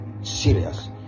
serious